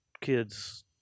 kids